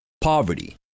poverty